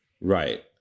right